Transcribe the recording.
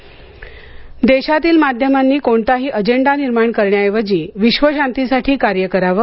देशातील माध्यमांनी कोणताही अजेंडा निर्माण करण्याऐवजी विश्वशांतीसाठी कार्य करावे